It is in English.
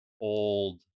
old